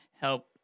help